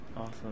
Awesome